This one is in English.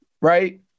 right